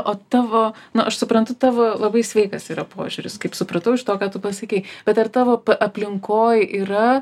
o tavo nu aš suprantu tavo labai sveikas yra požiūris kaip supratau iš to ką tu pasakei bet ar tavo aplinkoj yra